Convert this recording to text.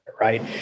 right